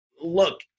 Look